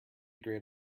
great